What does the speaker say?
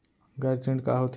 गैर ऋण का होथे?